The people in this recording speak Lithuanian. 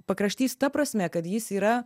pakraštys ta prasme kad jis yra